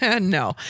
No